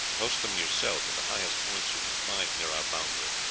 post them yourself at the highest points you can find near our boundary.